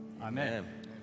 Amen